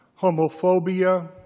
homophobia